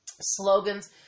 slogans